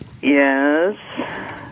Yes